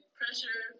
pressure